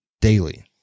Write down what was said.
daily